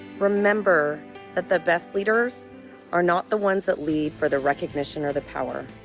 remember that the best leaders are not the ones that lead for the recognition or the power.